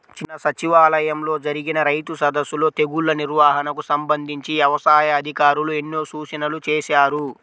నిన్న సచివాలయంలో జరిగిన రైతు సదస్సులో తెగుల్ల నిర్వహణకు సంబంధించి యవసాయ అధికారులు ఎన్నో సూచనలు చేశారు